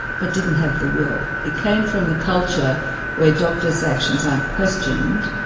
but didn't have the will. it came from the culture where doctors' actions aren't questioned,